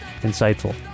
insightful